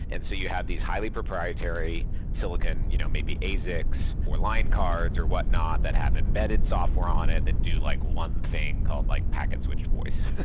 and so you have these highly proprietary silicon, you know maybe asics, or line cards or whatnot that have embedded software on it that do like one thing called like packet-switched voice,